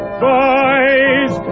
boys